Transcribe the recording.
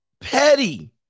Petty